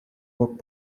бог